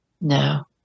No